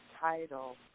title